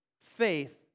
faith